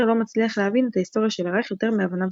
לא מצליח להבין את ההיסטוריה של הרייך יותר מהבנה בסיסית.